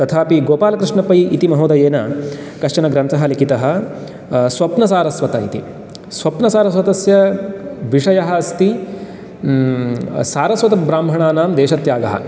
तथापि गोपालकृष्ण पै इति महोदयेन कश्चन ग्रन्थः लिखितः स्वप्नसारस्वत इति स्वप्नसारस्वतस्य विषयः अस्ति सारस्वतब्राह्मणानां देशत्यागः